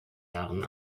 jahren